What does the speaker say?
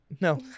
no